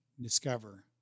discover